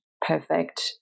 perfect